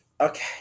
Okay